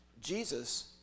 Jesus